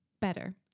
Better